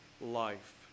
life